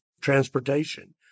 Transportation